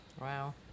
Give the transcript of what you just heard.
Wow